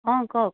অ কওক